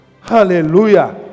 hallelujah